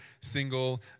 single